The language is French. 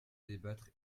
débattre